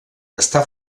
està